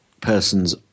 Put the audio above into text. person's